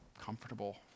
comfortable